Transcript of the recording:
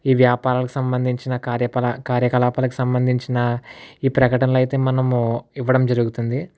ఈ వ్యాపారాలకు సంబంధించిన కార్యపల కార్యకలాపాలకు సంబంధించిన ఈ ప్రకటనలు అయితే మనం ఇవ్వడం జరుగుతుంది